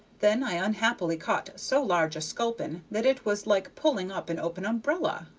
then i unhappily caught so large a sculpin that it was like pulling up an open umbrella,